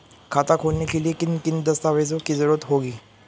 खाता खोलने के लिए किन किन दस्तावेजों की जरूरत होगी?